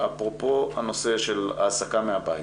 אפרופו הנושא של העסקה מהבית